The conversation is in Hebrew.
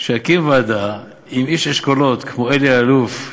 שהוא יקים ועדה עם איש אשכולות כמו אלי אלאלוף,